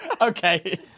Okay